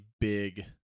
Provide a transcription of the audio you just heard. big